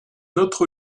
autre